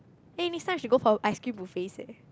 eh next time should go for ice cream buffets eh